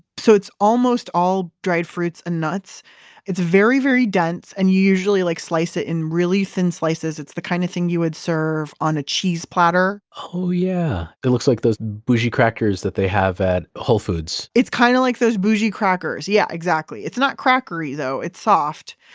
so it's almost all dried fruits and nuts it's very, very dense. and you usually like slice it in really thin slices it's the kind of thing you would serve on a cheese platter oh yeah! it looks like those bougie crackers that they have at whole foods it's kind of like those bougie crackers. yeah, exactly. it's not crackery though. it's soft,